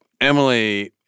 emily